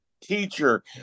teacher